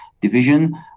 Division